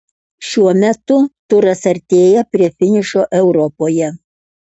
šiuo metu turas artėja prie finišo europoje